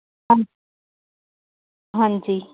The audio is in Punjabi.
ਹਾ ਹਾਂਜੀ